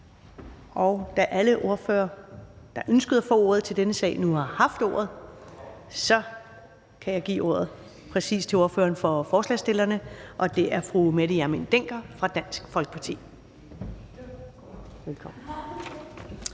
Og da alle ordførere, der ønskede at få ordet til denne sag, nu har haft ordet, kan jeg give ordet til ordføreren for forslagsstillerne, og det er præcis fru Mette Hjermind Dencker fra Dansk Folkeparti. Velkommen.